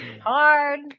hard